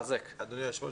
אדוני היושב-ראש,